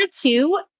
two